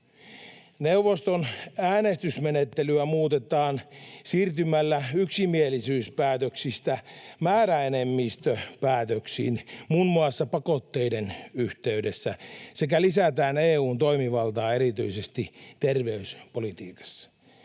Neuvoston äänestysmenettelyä muutetaan siirtymällä yksimielisyyspäätöksistä määräenemmistöpäätöksiin muun muassa pakotteiden yhteydessä sekä lisätään EU:n toimivaltaa erityisesti terveyspolitiikassa.